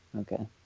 okay